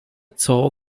tour